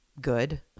good